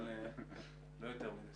אבל לא יותר מזה.